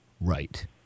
right